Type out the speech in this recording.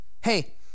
Hey